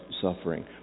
suffering